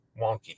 wonky